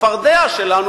הצפרדע שלנו,